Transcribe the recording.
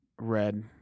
red